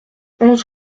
onze